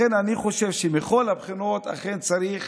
לכן אני חושב שמכל הבחינות אכן צריך